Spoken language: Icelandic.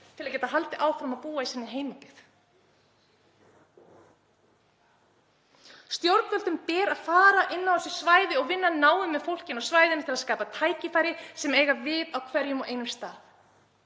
til að geta haldið áfram að búa í sinni heimabyggð. Stjórnvöldum ber að fara inn á þessi svæði og vinna náið með fólkinu á svæðinu til að skapa tækifæri sem eiga við á hverjum og einum stað.